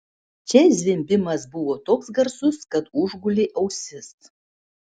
čia zvimbimas buvo toks garsus kad užgulė ausis